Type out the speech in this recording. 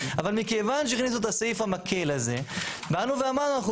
אבל מכיוון שהכניסו את הסעיף המקל הזה באנו ואמרנו שאנחנו